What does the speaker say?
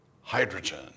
hydrogen